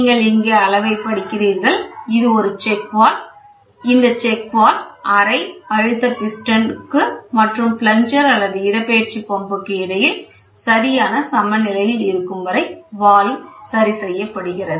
நீங்கள் இங்கே அளவை படிக்கிறீர்கள் இது ஒரு செக் வால்வு இந்த செக் வால்வு அறை அழுத்தம் பிஸ்டனுக்கு மற்றும் பிளக்ஜர் அல்லது இடப்பெயர்ச்சி பம்ப் க்கு இடையில் சரியான சமநிலை இருக்கும் வரை வால்வு சரிசெய்யப்படுகிறது